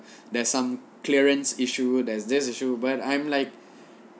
there's some clearance issue there's this issue but I'm like